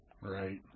Right